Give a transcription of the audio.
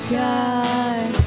god